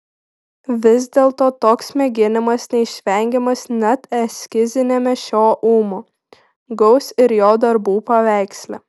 vis dėlto toks mėginimas neišvengiamas net eskiziniame šio ūmo gaus ir jo darbų paveiksle